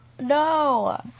No